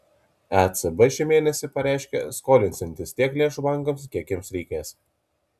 ecb šį mėnesį pareiškė skolinsiantis tiek lėšų bankams kiek jiems reikės